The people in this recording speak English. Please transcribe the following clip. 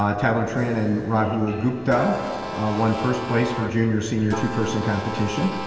ah tyler tran and rahul gupta won first place for junior, senior two person competition.